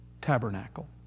tabernacle